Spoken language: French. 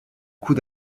coup